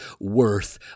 worth